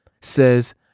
says